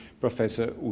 Professor